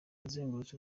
azenguruka